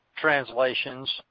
translations